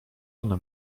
one